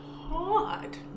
hard